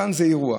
כאן זה אירוע.